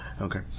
Okay